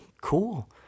cool